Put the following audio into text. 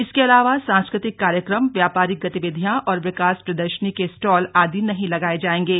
इसके अलावा सांस्कृतिक कार्यक्रम व्यापारिक गतिविधियां और विकास प्रदर्शनी के स्टाल आदि नहीं लगाए जाएंगे